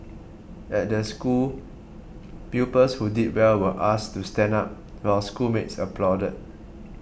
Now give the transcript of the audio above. at the school pupils who did well were asked to stand up while schoolmates applauded